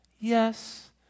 Yes